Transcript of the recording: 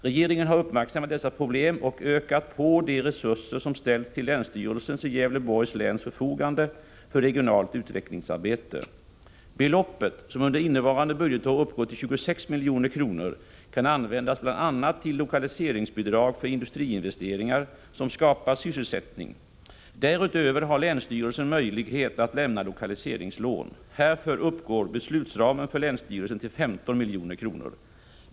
Regeringen har uppmärksammat dessa problem och ökat på de resurser som ställts till länsstyrelsens i Gävleborgs län förfogande för regionalt utvecklingsarbete. Beloppet, som under innevarande budgetår uppgår till 26 milj.kr., kan användas bl.a. till lokaliseringsbidrag för industriinvesteringar som skapar sysselsättning. Därutöver har länsstyrelsen möjlighet att lämna lokaliseringslån. Härför uppgår beslutsramen för länsstyrelsen till 15 milj.kr.